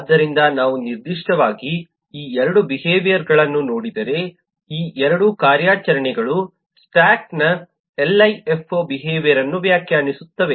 ಆದ್ದರಿಂದ ನಾವು ನಿರ್ದಿಷ್ಟವಾಗಿ ಈ 2 ಬಿಹೇವಿಯರ್ಗಳನ್ನು ನೋಡಿದರೆ ಈ 2 ಕಾರ್ಯಾಚರಣೆಗಳು ಸ್ಟ್ಯಾಕ್ನ ಎಲ್ಐಎಫ್ಓ ಬಿಹೇವಿಯರ್ಯನ್ನು ವ್ಯಾಖ್ಯಾನಿಸುತ್ತವೆ